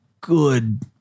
good